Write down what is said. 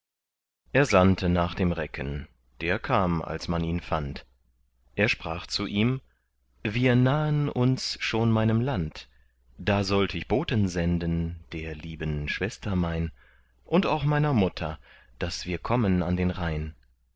er sandte nach dem recken der kam als man ihn fand er sprach zu ihm wir nahen uns schon meinem land da sollt ich boten senden der lieben schwester mein und auch meiner mutter daß wir kommen an den rhein